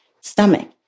stomach